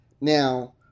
Now